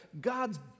God's